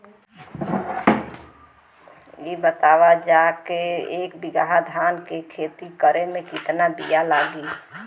इ बतावल जाए के एक बिघा धान के खेती करेमे कितना बिया लागि?